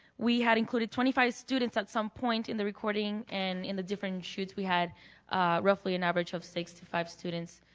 we had included twenty five students at some point in the recording and in the different shoots we had roughly an average of sixty five students.